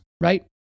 right